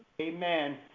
Amen